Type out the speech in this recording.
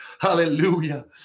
Hallelujah